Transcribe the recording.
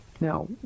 Now